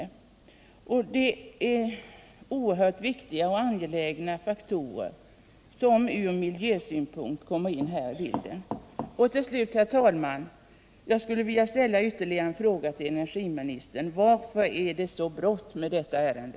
De faktorer jag här berört är oerhört viktiga och angelägna och bör ur miljösynpunkt komma med i bilden när det gäller denna fråga. Slutligen, herr talman, skulle jag vilja ställa ytterligare en fråga till energiministern: Varför är det så bråttom med detta ärende?